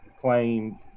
claim